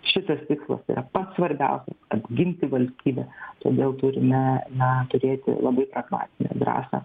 šitas tikslas yra pats svarbiausias apginti valstybę todėl turime na turėti labai pragmatinę drąsą